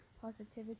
positivity